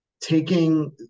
taking